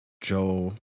Joe